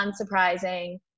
unsurprising